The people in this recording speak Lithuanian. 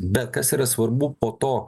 bet kas yra svarbu po to